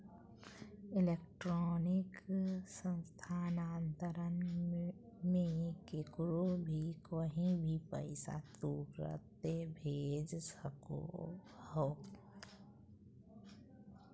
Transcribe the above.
electronic स्थानान्तरण मे केकरो भी कही भी पैसा तुरते भेज सको हो